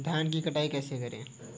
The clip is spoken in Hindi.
धान की कटाई कैसे करें?